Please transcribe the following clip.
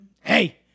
hey